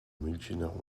münchener